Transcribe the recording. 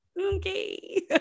okay